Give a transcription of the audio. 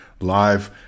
live